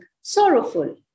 sorrowful